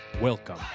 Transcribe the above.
Welcome